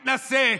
מתנשא,